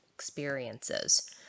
Experiences